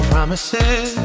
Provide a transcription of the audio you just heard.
promises